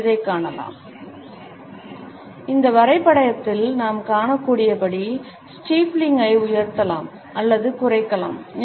slide நேரத்தைப் பார்க்கவும் 2459 இந்த வரைபடத்தில் நாம் காணக்கூடியபடி ஸ்டீப்ளிங்கை உயர்த்தலாம் அல்லது குறைக்கலாம்